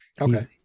okay